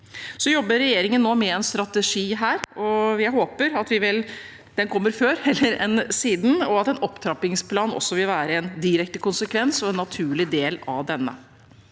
Så jobber regjeringen nå med en strategi her, og jeg håper at den kommer før heller enn siden, og at en opptrappingsplan også vil være en direkte konsekvens og en naturlig del av denne.